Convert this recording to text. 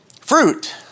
Fruit